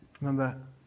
Remember